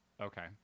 Okay